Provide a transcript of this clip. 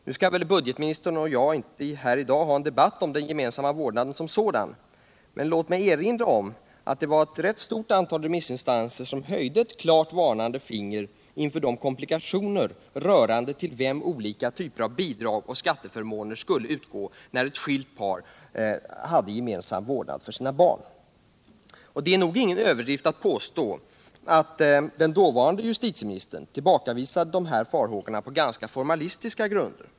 Nu skall väl inte budgetministern och jag här i dag ha en debatt om den gemensamma vårdnaden som sådan, men låt mig erinra om att ett stort antal remissinstanser höjde ett varnande finger inför komplikationerna då det gällde till vem olika typer av bidrag och Nr 100 skatteförmåner skulle utgå när ett skilt par hade gemensam vårdnad om sina barn. Det är nog ingen överdrift att påstå att den dåvarande justitieministern tillbakavisade dessa farhågor på ganska formalistiska grunder.